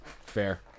fair